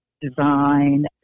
design